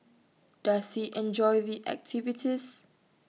does he enjoy the activities